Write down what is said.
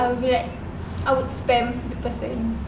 I will be like I would spam the person